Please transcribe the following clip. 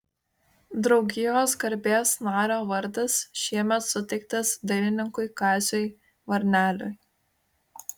draugijos garbės nario vardas šiemet suteiktas dailininkui kaziui varneliui